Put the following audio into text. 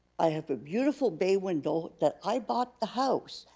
i have a beautiful bay window that i bought the house.